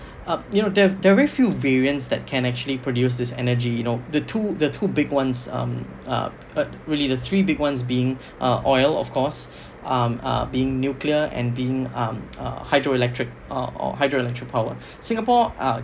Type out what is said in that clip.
uh you know the~ there are very few variants that can actually produce this energy you know the two the two big ones um uh a really the three big ones being um oil of course um being nuclear and being um hydroelectric or or hydroelectric power singapore uh